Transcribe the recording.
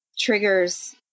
triggers